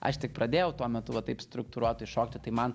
aš tik pradėjau tuo metu va taip struktūruotai šokti tai man